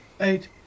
eight